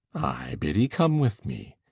ay, biddy, come with me.